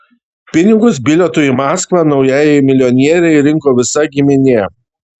pinigus bilietui į maskvą naujajai milijonierei rinko visa giminė